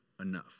enough